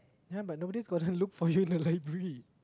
ya but nobody is gonna look for you in the library